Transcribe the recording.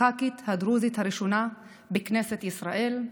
הח"כית הדרוזית הראשונה בכנסת ישראל.